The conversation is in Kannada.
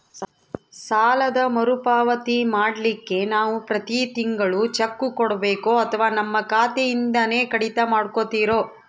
ಸಾಲದ ಮರುಪಾವತಿ ಮಾಡ್ಲಿಕ್ಕೆ ನಾವು ಪ್ರತಿ ತಿಂಗಳು ಚೆಕ್ಕು ಕೊಡಬೇಕೋ ಅಥವಾ ನಮ್ಮ ಖಾತೆಯಿಂದನೆ ಕಡಿತ ಮಾಡ್ಕೊತಿರೋ?